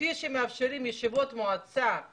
כפי שמאפשרים ישיבות ממשלה עם